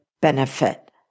benefit